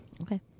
Okay